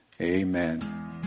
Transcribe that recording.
amen